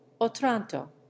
Otranto